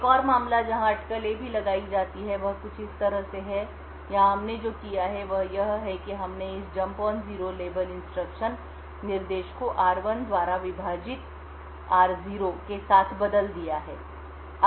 एक और मामला जहां अटकलें भी लगाई जाती हैं वह कुछ इस तरह से है यहां हमने जो किया है वह यह है कि हमने इस jump on zero label instruction निर्देश को r1 द्वारा विभाजित r0 r0r1 के साथ बदल दिया है